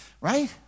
Right